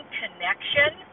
connection